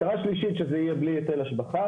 המטרה השלישית, שזה יהיה בלי היטל השבחה,